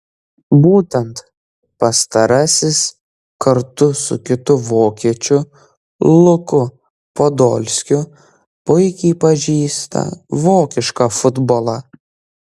būtent pastarasis kartu su kitu vokiečiu luku podolskiu puikiai pažįsta vokišką futbolą